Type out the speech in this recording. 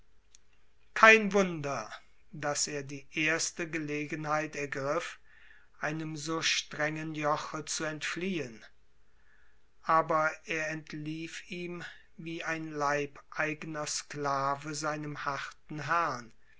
kein wunder daß er die erste gelegenheit ergriff einem so strengen joche zu entfliehen aber er entlief ihm wie ein leibeigner sklave seinem harten herrn